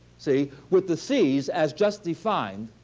see, with the c's as just defined,